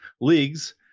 leagues